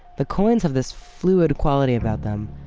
the coins have this fluid quality about them.